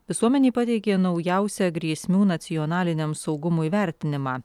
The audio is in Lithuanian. visuomenei pateikė naujausią grėsmių nacionaliniam saugumui vertinimą